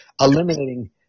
eliminating